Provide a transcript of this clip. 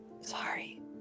Sorry